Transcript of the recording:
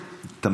רוצים.